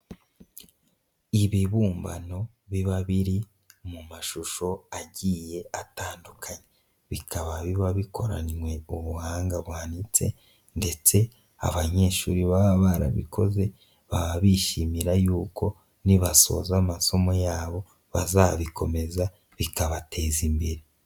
Ibibumbano biba biri mu mashusho agiye atandukanye, bikaba biba bikoranywe ubuhanga buhanitse ndetse abanyeshuri baba barabikoze, baba bishimira yuko nibasoza amasomo yabo bazabikomeza bikabateza imbere.